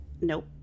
Nope